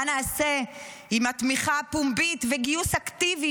מה נעשה עם התמיכה הפומבית וגיוס אקטיבי